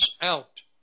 out